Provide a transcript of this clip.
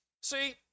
See